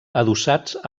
adossats